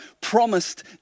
promised